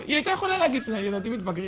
היא הייתה יכולה להגיד שילדים מתבגרים